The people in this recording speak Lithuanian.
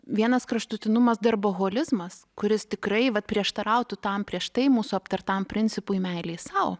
vienas kraštutinumas darboholizmas kuris tikrai vat prieštarautų tam prieš tai mūsų aptartam principui meilei sau